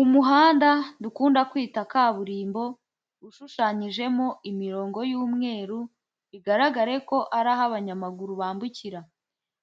Umuhanda dukunda kwita kaburimbo ushushanyijemo imirongo y'umweru, bigaragare ko ari aho abanyamaguru bambukira,